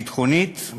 ביטחונית,